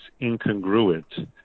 incongruent